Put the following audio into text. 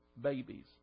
babies